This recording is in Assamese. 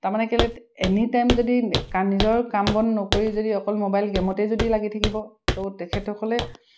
তাৰমানে কেলৈ এনিটাইম যদি নিজৰ কাম বন নকৰি যদি অকল মোবাইল গেমতে যদি লাগি থাকিব ত' তেখেতসকলে